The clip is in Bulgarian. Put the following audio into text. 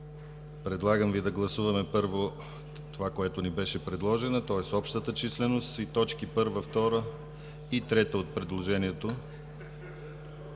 Предлагам Ви да гласуваме първо това, което ни беше предложено, тоест общата численост, и точки първа, втора и трета от предложението.